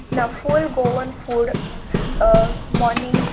ना full Goan food morning